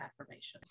affirmations